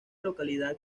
localidad